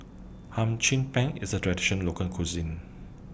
Hum Chim Peng IS A Traditional Local Cuisine